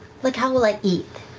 like, how will i eat,